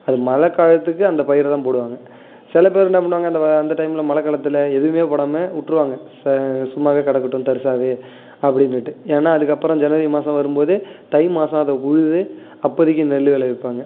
அது மழை காலத்துக்கு அந்த பயிரை தான் போடுவாங்க சில பேர் என்ன பண்ணுவாங்க அந்த வ அந்த டைமில் மழை காலத்தில் எதுவுமே போடாமல் விட்ருவாங்க ச சும்மாவே கிடக்கட்டும் தரிசாகவே அப்படின்னுட்டு ஏன்னால் அதுக்கப்புறம் ஜனவரி மாதம் வரும்போது தை மாதம் அதை உழுது அப்போதைக்கி நெல் விளைவிப்பாங்க